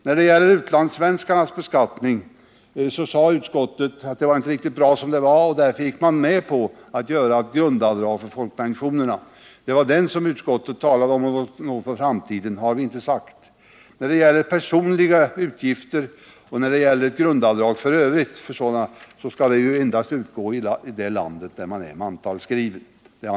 När det gäller utlandssvenskarnas beskattning framhöll utskottet att nuvarande förhållanden inte var riktigt bra. Därför gick utskottet med på att tillåta grundavdrag för folkpensionsavgifterna. Det var detta utskottet talade om. Något om framtiden har vi inte sagt. Vidare anser vi att grundavdrag för personliga utgifter skall gälla utgifter i det land där man är mantalskriven.